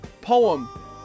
poem